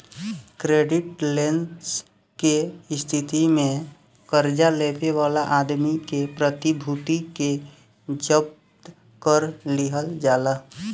credit less के स्थिति में कर्जा लेवे वाला आदमी के प्रतिभूति के जब्त कर लिहल जाला